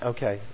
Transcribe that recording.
Okay